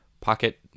pocket